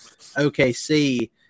OKC